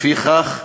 לפיכך,